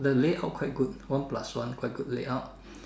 the layout quite good one plus one quite good layout